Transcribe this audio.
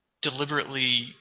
deliberately